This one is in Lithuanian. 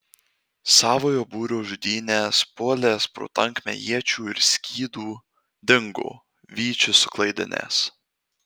savojo būrio žudynes puolęs pro tankmę iečių ir skydų dingo vyčius suklaidinęs